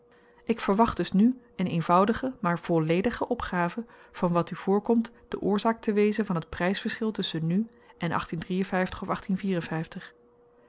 ik verwacht dus nu een eenvoudige maar volledige opgave van wat u voorkomt de oorzaak te wezen van t prysverschil tusschen nu en